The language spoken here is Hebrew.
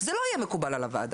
זה לא יהיה מקובל על הוועדה,